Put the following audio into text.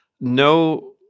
no